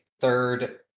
third